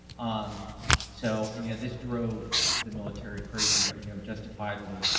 um so and you know this drove the military crazy, but you know justifiably.